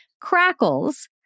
crackles